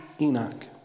Enoch